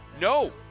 No